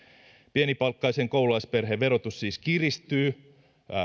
pienipalkkaisen koululaisperheen verotus siis kiristyy